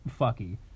fucky